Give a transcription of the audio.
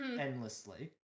endlessly